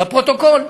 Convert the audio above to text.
בפרוטוקול.